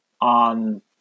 on